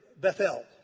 Bethel